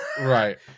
Right